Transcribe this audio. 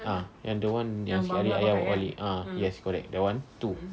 ah yang the [one] yang sikit hari ayah bawa balik ah yes correct that [one] two